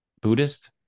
Buddhist